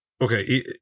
Okay